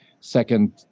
Second